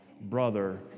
brother